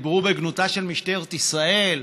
ודיברו בגנותה של משטרת ישראל,